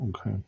Okay